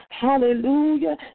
Hallelujah